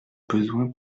besoin